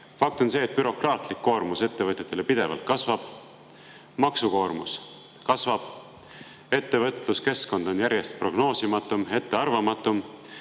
Fakt on see, et bürokraatlik koormus ettevõtjatele pidevalt kasvab, maksukoormus kasvab, ettevõtluskeskkond on järjest prognoosimatum ja ettearvamatum,